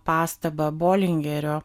pastabą bolingerio